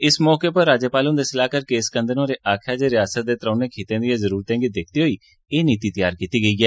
इस मौके पर राज्यपाल ह्न्दे सलाहकार के स्कंदन होरं आक्खेया जे रियासता दे त्रौने खितें दियें जरुरतें गी दिक्खदे होई ए नीति त्यार कीती गेई ई